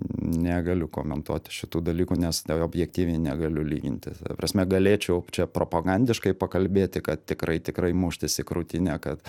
negaliu komentuoti šitų dalykų nes objektyviai negaliu lyginti ta prasme galėčiau čia propagandiškai pakalbėti kad tikrai tikrai muštis į krūtinę kad